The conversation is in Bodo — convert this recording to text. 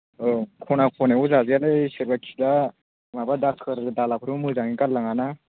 औ ख'ना ख'नायावबो जाजायालै सोरबा खिबा माबा दाखोर दालाखौबो मोजाङै गारलाङाना